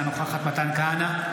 אינה נוכחת מתן כהנא,